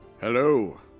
hello